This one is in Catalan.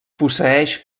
posseïx